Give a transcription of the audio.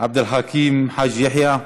עבד אל חכים חאג' יחיא.